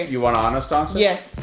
you want an honest answer? yes.